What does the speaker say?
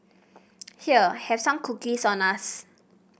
here have some cookies on us